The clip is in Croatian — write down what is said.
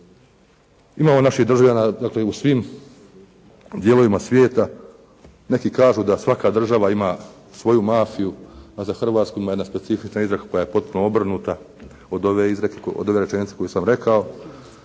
Imamo naših državljana dakle u svim dijelovima svijeta. Neki kažu da svaka država ima svoju mafiju, a za Hrvatsku ima jedna specifična izjava koja je potpuno obrnuta od ove rečenice koju sam rekao